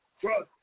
trust